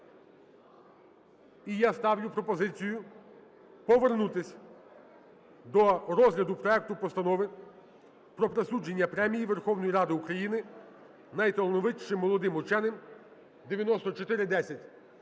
І я ставлю пропозицію повернутися до розгляду проекту Постанови про присудження Премії Верховної Ради України найталановитішим молодим ученим (9410).